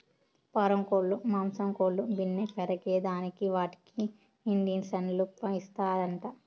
పారం కోల్లు మాంసం కోసం బిన్నే పెరగేదానికి వాటికి ఇండీసన్లు ఇస్తారంట